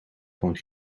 van